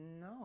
No